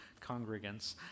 congregants